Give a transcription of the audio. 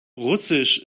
russisch